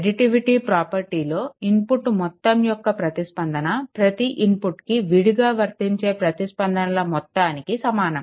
additivity ప్రాపర్టీలో input మొత్తం యొక్క ప్రతిస్పందన ప్రతి ఇన్పుట్కి విడిగా వర్తించే ప్రతిస్పందనల మొత్తానికి సమానం